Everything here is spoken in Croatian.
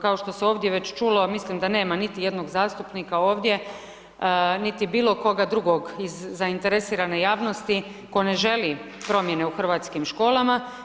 Kao što se ovdje već čulo mislim da nema niti jednog zastupnika ovdje, niti bilo koga drugog iz zainteresirane javnosti tko ne želi promjene u hrvatskim školama.